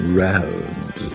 round